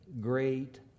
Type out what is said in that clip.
great